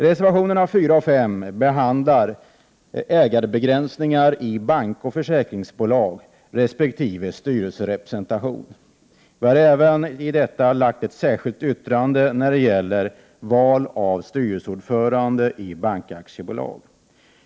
Reservationerna 4 och 5 behandlar frågan ägandebegränsningar i bankoch försäkringsaktiebolag samt styrelserepresentation. Vi har även avgett ett särskilt yttrande när det gäller val av styrelseordförande i bankaktiebolag.